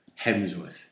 Hemsworth